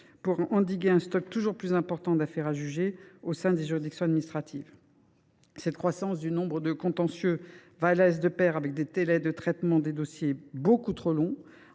pour endiguer un stock toujours plus important d’affaires à juger au sein des juridictions administratives. Cette croissance du nombre de contentieux va, hélas ! de pair avec des délais de traitement des dossiers bien trop longs